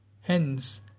Hence